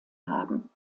haben